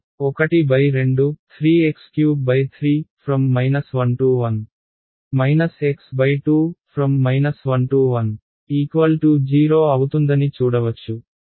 ½3x33| 11 x2| 110 అవుతుందని చూడవచ్చు